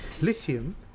lithium